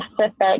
specific